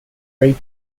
raped